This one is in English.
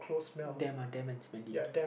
them uh them and